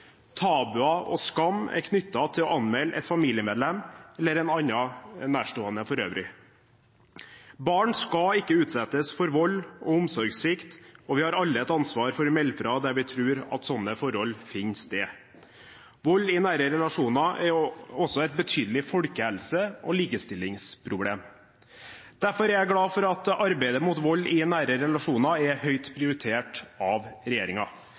Tabuer og skam er knyttet til å anmelde et familiemedlem eller en annen nærstående for øvrig. Barn skal ikke utsettes for vold og omsorgssvikt, og vi har alle et ansvar for å melde fra der vi tror at sånne forhold finner sted. Vold i nære relasjoner er også et betydelig folkehelse- og likestillingsproblem. Derfor er jeg glad for at arbeidet mot vold i nære relasjoner er høyt prioritert av